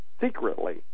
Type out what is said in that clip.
secretly